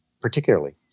particularly